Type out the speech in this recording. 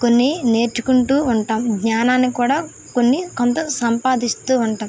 కొన్ని నేర్చుకుంటూ ఉంటాం జ్ఞానాన్ని కూడా కొన్ని కొంత సంపాదిస్తూ ఉంటాం